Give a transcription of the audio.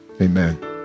amen